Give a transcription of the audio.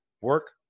work